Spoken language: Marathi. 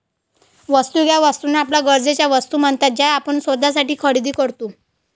वस्तू किंवा वस्तूंना आपल्या गरजेच्या वस्तू म्हणतात ज्या आपण स्वतःसाठी खरेदी करतो